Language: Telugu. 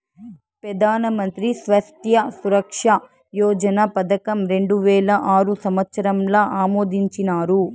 పెదానమంత్రి స్వాస్త్య సురక్ష యోజన పదకం రెండువేల ఆరు సంవత్సరంల ఆమోదించినారు